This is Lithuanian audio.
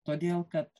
todėl kad